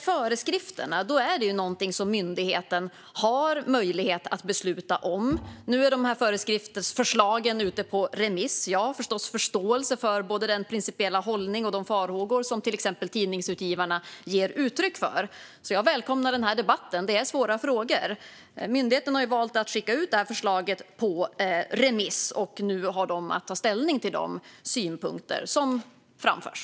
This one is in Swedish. Föreskrifterna har myndigheten möjlighet att besluta om. Föreskriftsförslagen är ute på remiss, och jag har givetvis förståelse för både den principiella hållning och de farhågor som till exempel Tidningsutgivarna ger uttryck för. Jag välkomnar därför denna debatt, för det är svåra frågor. Myndigheten har valt att skicka ut detta förslag på remiss, och nu har man att ta ställning till de synpunkter som framförs.